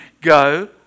go